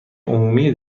عمومی